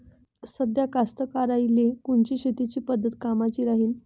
साध्या कास्तकाराइले कोनची शेतीची पद्धत कामाची राहीन?